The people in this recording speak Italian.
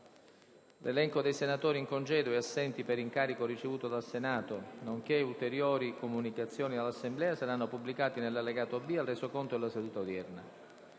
L'elenco dei senatori in congedo e assenti per incarico ricevuto dal Senato nonché ulteriori comunicazioni all'Assemblea saranno pubblicati nell'allegato B al Resoconto della seduta odierna.